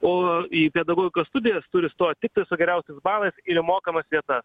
o į pedagogikos studijas turi stoti su geriausiais balais ir į mokamas vietas